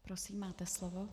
Prosím, máte slovo.